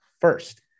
first